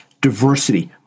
diversity